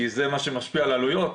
כי זה מה שמשפיע על העלויות,